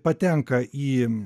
patenka į